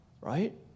right